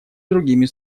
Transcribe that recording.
другими